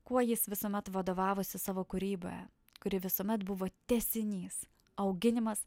kuo jis visuomet vadovavosi savo kūryboje kuri visuomet buvo tęsinys auginimas